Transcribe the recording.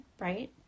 right